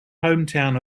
hometown